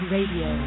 Radio